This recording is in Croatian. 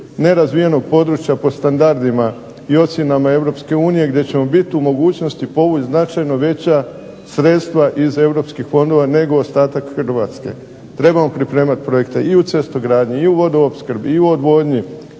nerazvijenog područja po standardima i ocjenama Europske unije gdje ćemo biti u mogućnosti povući značajno veća sredstva iz Eurospkih fondova nego ostatak Hrvatske. Trebamo pripremati projekte i u cestogradnji i u vodopskrbi i u odvodnji,